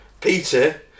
Peter